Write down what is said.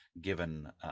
given